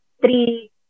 three